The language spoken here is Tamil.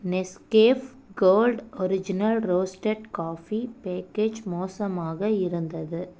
Nescafe gold original roasted coffee package மோசமாக இருந்தது